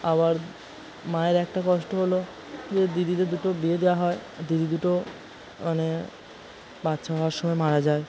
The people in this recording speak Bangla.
আবার মায়ের একটা কষ্ট হলো যে দিদিদের দুটো বিয়ে দেওয়া হয় দিদি দুটো মানে বাচ্চা হওয়ার সময় মারা যায়